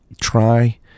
try